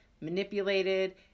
manipulated